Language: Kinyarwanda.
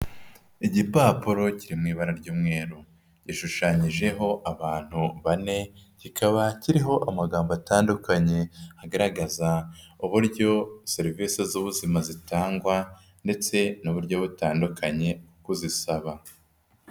Igipapuro kiri mu ibara ry'umweru. Gishushanyijeho abantu bane, kikaba kiriho amagambo atandukanye. agaragaza uburyo serivisi z'ubuzima zitangwa, ndetse n'uburyo butandukanye bwo kuzisaba.